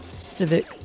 Civic